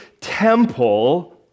temple